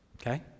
Okay